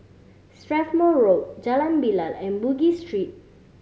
Strathmore Road Jalan Bilal and Bugis Street